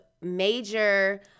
major